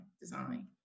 design